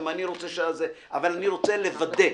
גם אני רוצה אבל אני רוצה לוודא.